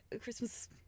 Christmas